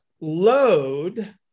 load